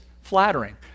flattering